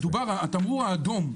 התמרור האדום,